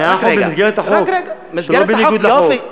זה לא בניגוד לחוק.